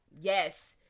Yes